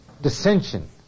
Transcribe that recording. dissension